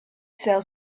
sell